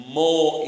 more